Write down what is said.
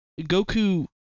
Goku